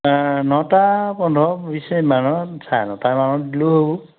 নটা পোন্ধৰ বিছ ইমানত চাৰে নটা মানত দিলেও হ'ব